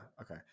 Okay